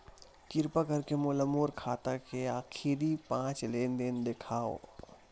किरपा करके मोला मोर खाता के आखिरी पांच लेन देन देखाव